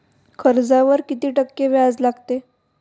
कर्जावर किती टक्के व्याज लागते?